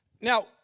Now